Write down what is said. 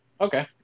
Okay